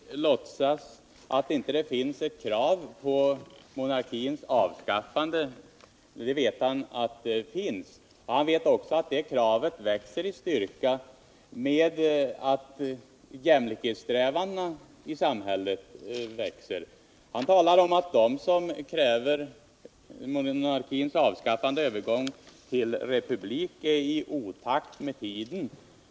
Herr talman! Anders Björck låtsas att det inte finns något krav på monarkins avskaffande — men det vet han att det finns, och han vet också att det kravet växer i styrka samtidigt med att jämlikhetssträvandena i samhället växer. Han talar om att de som kräver monarkins avskaffande och en övergång till republik är ”i otakt med tiden”.